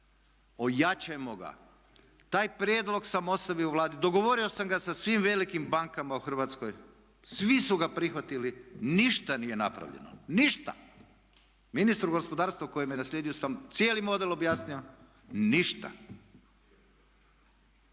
Ojačajmo ga. Taj prijedlog sam ostavio u Vladi, dogovorio sam ga sa svim velikim bankama u Hrvatskoj. Svi su ga prihvatili, ništa nije napravljeno. Ništa! Ministru gospodarstva koji me je naslijedio sam cijeli model objasnio ništa!